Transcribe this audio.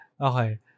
Okay